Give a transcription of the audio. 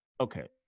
okay